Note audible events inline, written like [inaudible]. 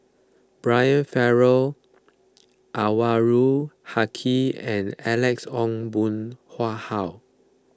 Brian Farrell Anwarul Haque and Alex Ong Boon [unintelligible] Hau